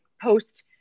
post